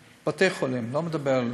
בתי-חולים, לא מדבר על,